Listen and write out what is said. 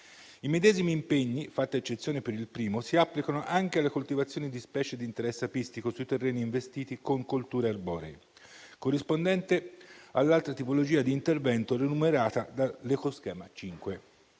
I medesimi impegni, fatta eccezione per il primo, si applicano anche alle coltivazioni di specie di interesse apistico sui terreni investiti con colture arboree, corrispondenti all'altra tipologia di intervento remunerata dall'ecoschema 5.